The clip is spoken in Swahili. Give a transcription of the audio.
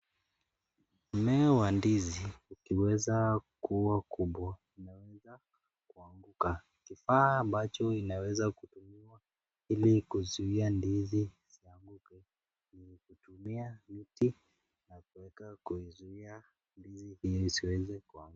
Mmea wa ndizi ,ukiweza kuwa kubwa inaweza kuanguka. Kifaa ambacho inaweza kutumia ili kuzuua ndizi isianguke ni kutumia miti na kuweka kuizuia ndizi hiyo isiweze kuanguka.